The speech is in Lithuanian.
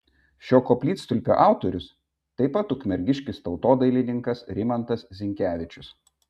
šio koplytstulpio autorius taip pat ukmergiškis tautodailininkas rimantas zinkevičius